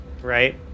right